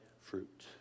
fruit